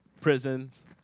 Prisons